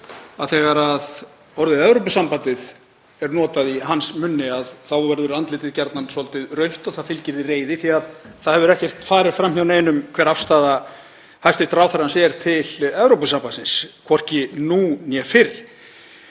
þegar orðið Evrópusambandið er notað í hans munni þá verður andlitið gjarnan svolítið rautt og því fylgir svolítil reiði því að það hefur ekki farið fram hjá neinum hver afstaða hæstv. ráðherra er til Evrópusambandsins, hvorki nú né fyrr.